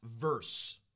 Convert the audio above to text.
verse